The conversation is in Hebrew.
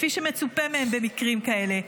כפי שמצופה מהם במקרים כאלה,